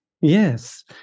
yes